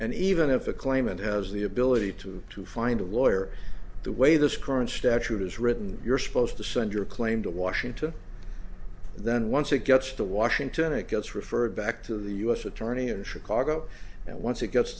and even if a claimant has the ability to to find a lawyer the way this current statute is written you're supposed to send your claim to washington and then once it gets to washington it gets referred back to the u s attorney in chicago and once it gets